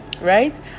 right